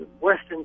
western